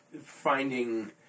finding